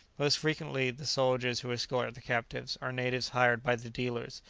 most frequently the soldiers who escort the captives are natives hired by the dealers,